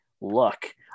look